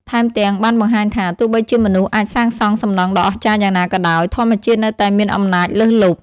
ថែមទាំង បានបង្ហាញថា ទោះបីជាមនុស្សអាចសាងសង់សំណង់ដ៏អស្ចារ្យយ៉ាងណាក៏ដោយ ធម្មជាតិនៅតែមានអំណាចលើសលប់។